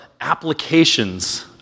applications